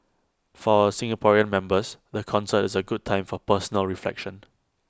for our Singaporean members the concert is A good time for personal reflection